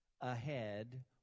ahead